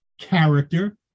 character